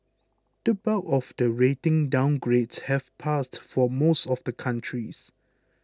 the bulk of the rating downgrades have passed for most of the countries